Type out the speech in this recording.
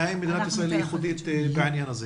והאם מדינת ישראל היא ייחודית בעניין הזה.